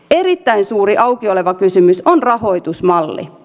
erittäin suuri auki oleva kysymys on rahoitusmalli